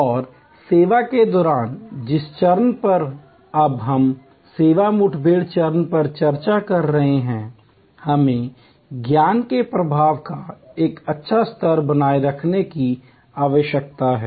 और सेवा के दौरान जिस चरण पर अब हम सेवा मुठभेड़ चरण पर चर्चा कर रहे हैं हमें ज्ञान के प्रवाह का एक अच्छा स्तर बनाए रखने की आवश्यकता है